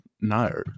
no